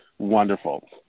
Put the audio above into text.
Wonderful